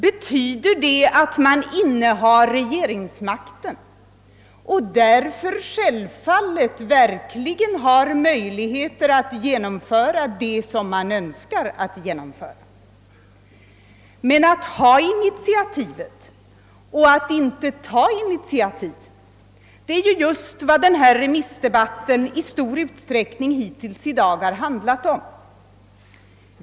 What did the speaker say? Betyder det att man innehar regeringsmakten och därför självfallet verkligen har möjligheter att genomföra det som man önskar genomföra? Men att ha initiativet och att inte ta initiativet det är just vad denna remissdebatt i stor utsträckning hittills i dag har handlat om.